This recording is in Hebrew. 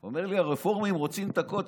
הוא אומר לי: הרפורמים רוצים את הכותל,